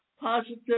positive